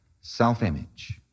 self-image